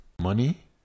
money